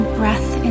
breath